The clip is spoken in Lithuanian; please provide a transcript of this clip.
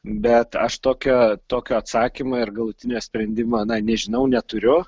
bet aš tokio tokio atsakymo ir galutinio sprendimo na nežinau neturiu